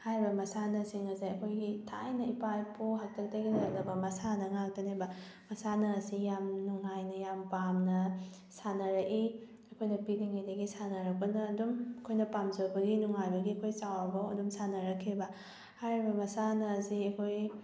ꯍꯥꯏꯔꯤꯕ ꯃꯁꯥꯟꯅꯁꯤꯡ ꯑꯁꯦ ꯑꯩꯈꯣꯏꯒꯤ ꯊꯥꯏꯅ ꯏꯄꯥ ꯏꯄꯨ ꯍꯥꯛꯇꯛꯇꯒꯤ ꯂꯩꯔꯛꯂꯕ ꯃꯁꯥꯟꯅ ꯉꯥꯛꯇꯅꯦꯕ ꯃꯁꯥꯟꯅ ꯑꯁꯤ ꯌꯥꯝ ꯅꯨꯉꯥꯏꯅ ꯌꯥꯝ ꯄꯥꯝꯅ ꯁꯥꯟꯅꯔꯛꯏ ꯑꯩꯈꯣꯏꯅ ꯄꯤꯛꯂꯤꯉꯩꯗꯒꯤ ꯁꯥꯟꯅꯔꯛꯄꯅ ꯑꯗꯨꯝ ꯑꯩꯈꯣꯏꯅ ꯄꯥꯝꯖꯕꯒꯤ ꯅꯨꯉꯥꯏꯕꯒꯤ ꯑꯩꯈꯣꯏ ꯆꯥꯎꯔꯐꯥꯎ ꯑꯗꯨꯝ ꯁꯥꯟꯅꯔꯛꯈꯤꯕ ꯍꯥꯏꯔꯤꯕ ꯃꯁꯥꯅ ꯑꯁꯤ ꯑꯩꯈꯣꯏ